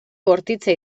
bortitza